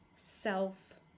Self